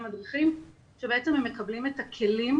למדריכים,